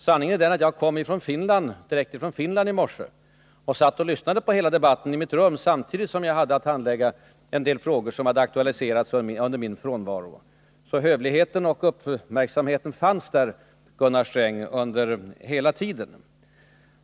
Sanningen är den att jag kom direkt från Finland i morse och satt och lyssnade på hela debatten i mitt rum samtidigt som jag hade att handlägga en del frågor som hade aktualiserats under min frånvaro. Så hövligheten och uppmärksamheten fanns där under hela tiden, Gunnar Sträng.